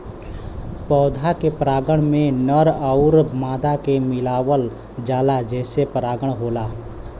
पौधा के परागण में नर आउर मादा के मिलावल जाला जेसे परागण होला